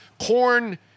corn